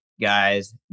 guys